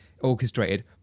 orchestrated